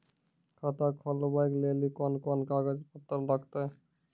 खाता खोलबाबय लेली कोंन कोंन कागज पत्तर लगतै?